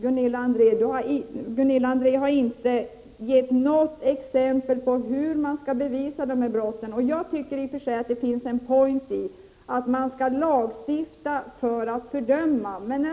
Gunilla André har inte gett något bevis på hur det skall vara möjligt att bevisa brott vid mäns kontakter med vuxna prostituerade. Det ligger en point i att lagstifta för att fördöma. Innan jag